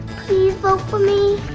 please vote for me.